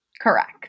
Correct